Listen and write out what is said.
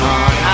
on